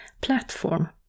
platform